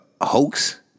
hoax